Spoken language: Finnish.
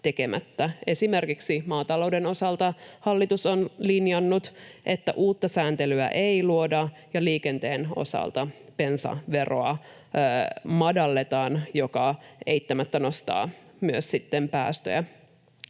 Esimerkiksi maatalouden osalta hallitus on linjannut, että uutta sääntelyä ei luoda ja liikenteen osalta bensaveroa madalletaan, mikä eittämättä nostaa myös sitten päästöjä.